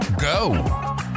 go